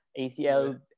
ACL